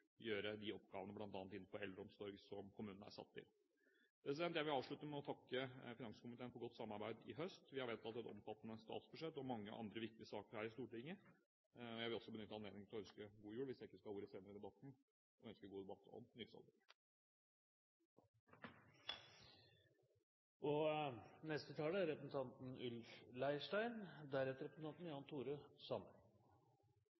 gjøre de oppgavene bl.a. innenfor eldreomsorg som de er satt til. Jeg vil avslutte med å takke finanskomiteen for godt samarbeid i høst. Vi har vedtatt et omfattende statsbudsjett og mange andre viktige saker her i Stortinget. Jeg vil også benytte anledningen til å ønske god jul, hvis jeg ikke skal ha ordet senere i debatten, og ønske god debatt om